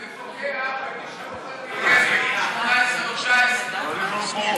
זה פוגע במי שבוחר להתגייס בגיל 18 או 19. זה פוגע.